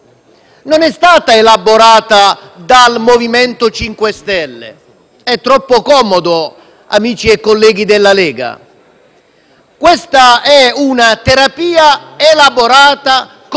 non è stata elaborata dal MoVimento 5 Stelle. Sarebbe troppo comodo, amici e colleghi della Lega. Questa è una terapia elaborata, costruita,